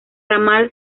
ramal